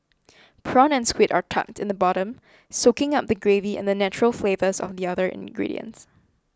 prawn and squid are tucked in the bottom soaking up the gravy and the natural flavours of the other ingredients